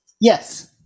Yes